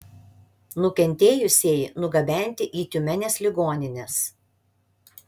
nukentėjusieji nugabenti į tiumenės ligonines